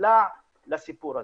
נקלע לסיפור הזה.